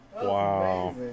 Wow